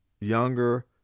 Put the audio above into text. younger